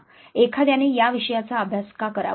' एखाद्याने या विषयाचा अभ्यास का करावा